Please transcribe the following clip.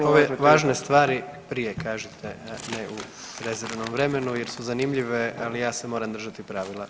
Ove važne stvari prije kažite ne u rezervnom vremenu jer su zanimljive, ali ja se moram držati pravila.